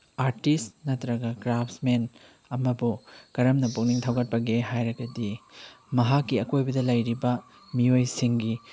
artist ꯅꯠꯇ꯭ꯔꯒ craftsmen ꯑꯃꯕꯨ ꯀꯔꯝꯅ ꯄꯨꯛꯅꯤꯡ ꯊꯧꯒꯠꯄꯒꯦ ꯍꯥꯏꯔꯒꯗꯤ ꯃꯍꯥꯛꯀꯤ ꯑꯀꯣꯏꯕꯗ ꯂꯩꯔꯤꯕ ꯃꯤꯑꯣꯏꯁꯤꯡꯒꯤ